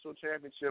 championship